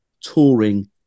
touring